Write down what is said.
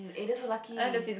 eh that's so lucky